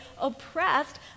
oppressed